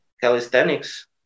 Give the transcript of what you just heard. calisthenics